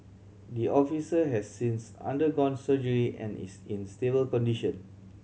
the officer has since undergone surgery and is in stable condition